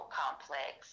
complex